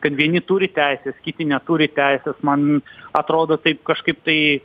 kad vieni turi teisę kiti neturi teisės man atrodo taip kažkaip tai